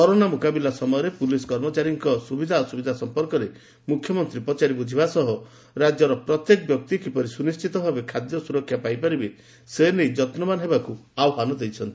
corona ମୁକାବିଲା ସମୟରେ police କର୍ମଚାରୀଙ୍କ ସୁବିଧା ଅସୁବିଧା ସମ୍ପର୍କରେ ମୁଖ୍ୟମନ୍ତୀ ପଚାରି ବୁଝିବା ସହ ରାଜ୍ୟର ପ୍ରତ୍ୟେକ ବ୍ୟକ୍ତି କିପରି ସୁନିଶ୍ୱିତ ଭାବେ ଖାଦ୍ୟ ଓ ସୁରକ୍ଷା ପାଇପାରିବେ ସେନେଇ ଯତ୍ନବାନ ହେବାକୁ ଆହ୍ୱାନ ଦେଇଛନ୍ତି